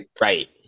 Right